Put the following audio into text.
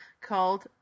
called